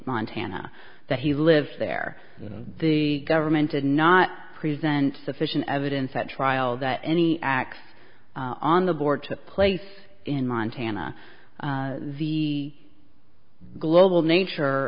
montana that he lives there the government did not present sufficient evidence at trial that any acts on the board to place in montana the global nature